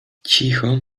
cicho